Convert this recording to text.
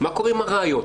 מה קורה עם הראיות.